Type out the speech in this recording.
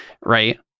right